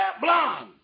blonde